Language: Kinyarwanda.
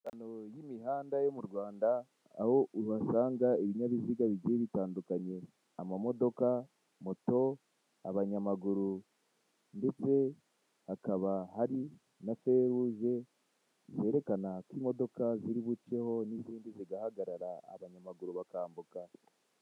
Imihanda yo mu rwanda aho usanga ibinyabiziga bigiye bitandukanye ama modoka moto abanyamaguru ndetse hakaba hari na Feruje zererekana ko imodoka ziri buceho n'izindi zigahagarara abanyamaguru bakambuka